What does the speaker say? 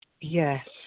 Yes